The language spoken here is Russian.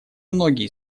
многие